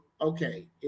Okay